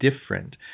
different